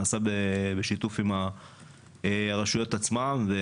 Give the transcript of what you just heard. זה נעשה בשיתוף עם הרשויות עצמן.